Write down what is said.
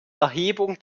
erhebung